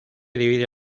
divide